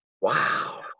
Wow